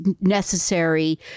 necessary